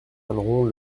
donneront